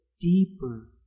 deeper